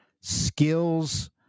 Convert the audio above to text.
skills